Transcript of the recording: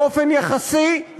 באופן יחסי,